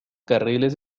carriles